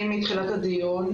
אני כאן מתחילת הדיון.